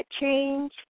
change